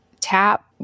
tap